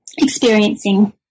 experiencing